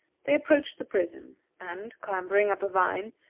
they approached the prison and, clambering up a vine,